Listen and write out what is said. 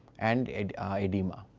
and oedema.